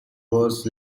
was